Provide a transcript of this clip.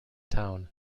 town